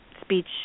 speech